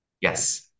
Yes